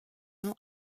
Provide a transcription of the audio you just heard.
nom